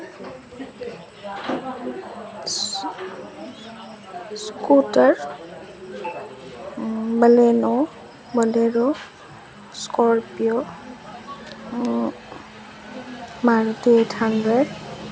scooter Baleno bolero scorpio Maruti eight hundred